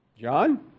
John